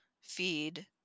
feed